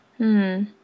-hmm